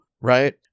right